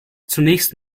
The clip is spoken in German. zunächst